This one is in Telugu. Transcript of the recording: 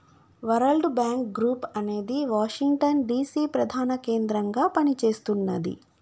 వరల్డ్ బ్యాంక్ గ్రూప్ అనేది వాషింగ్టన్ డిసి ప్రధాన కేంద్రంగా పనిచేస్తున్నది